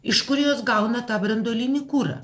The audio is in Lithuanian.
iš kur jos gauna tą branduolinį kurą